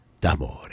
d'amore